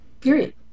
period